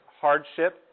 hardship